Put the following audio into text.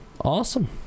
Awesome